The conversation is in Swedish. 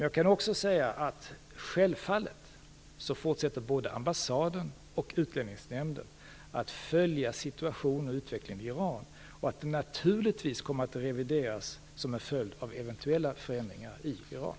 Jag kan också säga att både ambassaden och Utlänningsnämnden självfallet fortsätter att följa situationen och utvecklingen i Iran, och det kommer naturligtvis att ske revideringar som en följd av eventuella förändringar i Iran.